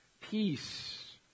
Peace